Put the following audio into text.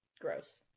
gross